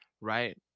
right